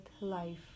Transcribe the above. life